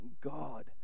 God